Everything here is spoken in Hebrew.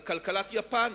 על כלכלת יפן,